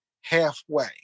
halfway